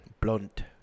blunt